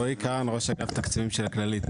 רועי קאהן ראש אגף תקציבים של הכללית.